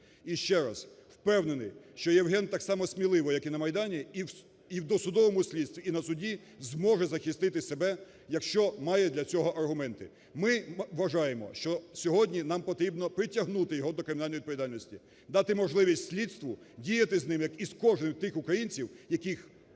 І ще раз: впевнений, що Євген так само сміливо, як і на Майдані, і в досудовому слідстві, і на суді зможе захистити себе, якщо має для цього аргументи. Ми вважаємо, що сьогодні нам потрібно притягнути його до кримінальної відповідальності, дати можливість слідству діяти з ними, як і з кожним із тих українців, які